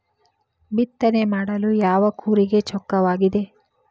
ಬಿತ್ತನೆ ಮಾಡಲು ಯಾವ ಕೂರಿಗೆ ಚೊಕ್ಕವಾಗಿದೆ?